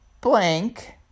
blank